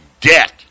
debt